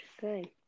good